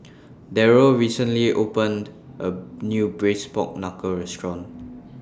Darryll recently opened A New Braised Pork Knuckle Restaurant